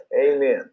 Amen